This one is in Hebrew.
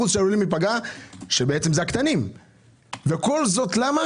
שעלולים להיפגע שזה הקטנים וכל זאת למה